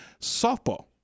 softball